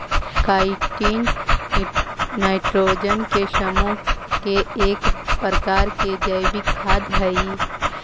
chitin nitrogen के समूह के एक प्रकार के जैविक खाद हई